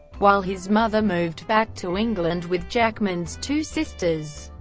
while his mother moved back to england with jackman's two sisters.